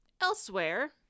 Elsewhere